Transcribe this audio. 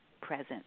present